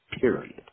period